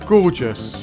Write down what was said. Gorgeous